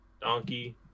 Donkey